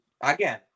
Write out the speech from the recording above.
Again